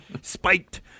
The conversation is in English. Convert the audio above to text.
Spiked